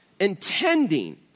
Intending